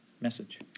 Message